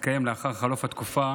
שתתקיים לאחר חלוף התקופה